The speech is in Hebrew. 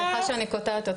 סליחה שאני קוטעת אותך.